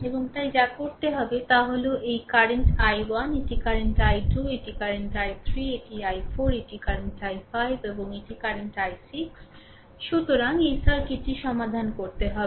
এবং তাই যা করতে হবে তা হল এটি কারেন্ট i1 এটি কারেন্ট i2 এটি কারেন্ট i3 এটি i4 এটি কারেন্ট i5 এবং এটি কারেন্ট i6 সুতরাং এই সার্কিটটি সমাধান করতে হবে